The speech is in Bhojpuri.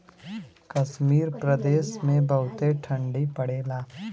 कश्मीर प्रदेस मे बहुते ठंडी पड़ेला